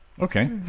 Okay